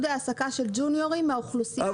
העסקה של ג'וניורים מהאוכלוסייה הערבית.